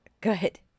Good